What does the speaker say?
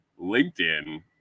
linkedin